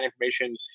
information